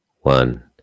One